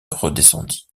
redescendit